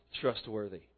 trustworthy